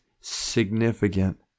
significant